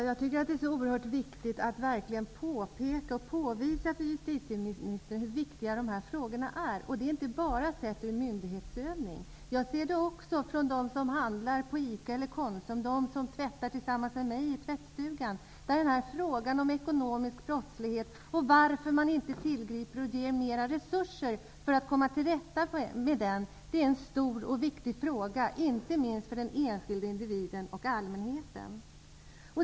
Herr talman! Det är oerhört viktigt att påpeka och påvisa för justitieministern hur viktiga dessa frågor är, och det inte bara sett från myndigheternas sida. Jag ser det också hur detta uppfattas hos dem som handlar på ICA eller Konsum och de som tvättar tillsammans med mig i tvättstugan. Frågan om ekonomisk brottslighet, och varför man inte tillgriper mer resurser för att komma till rätta med den, är en stor och viktig fråga, inte minst för den enskilde individen och allmänheten.